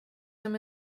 som